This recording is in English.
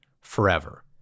forever